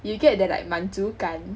you get that like 满足感